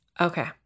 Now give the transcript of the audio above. Okay